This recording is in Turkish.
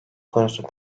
konusu